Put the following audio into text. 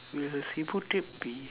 will Cebu trip be